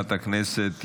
חברת הכנסת יסמין,